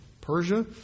Persia